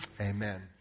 Amen